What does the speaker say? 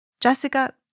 Jessica